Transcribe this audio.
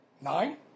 nine